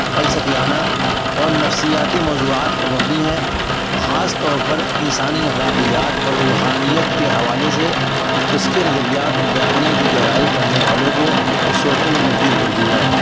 فلسفیانہ اور نفسیاتی موضوعات پر مبنی ہے خاص طور پر انسانی اغراقیات اور روحانیت کے حوالے سے اس کے نظریات اور بیانیہ کی گہرائی پڑھنے والوں کو سوچنے پر مبجور کرتی ہے